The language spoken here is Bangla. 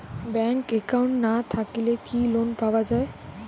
ব্যাংক একাউন্ট না থাকিলে কি লোন পাওয়া য়ায়?